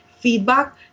feedback